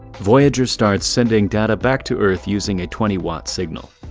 voyager starts sending data back to earth using a twenty watt signal.